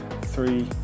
three